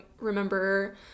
remember